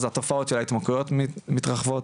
אז התופעות של ההתמכרויות מתרחבות